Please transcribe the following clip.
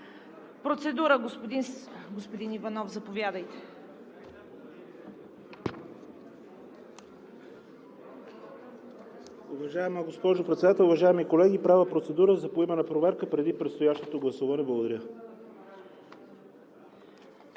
Процедура, господин Иванов – заповядайте.